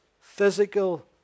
physical